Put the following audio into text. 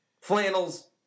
flannels